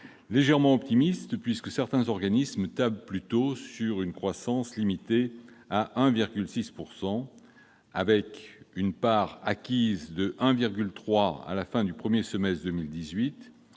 légèrement optimiste. Certains organismes tablent en effet plutôt sur une croissance limitée à 1,6 %, avec une part acquise de 1,3 % à la fin du premier semestre 2018